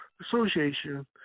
Association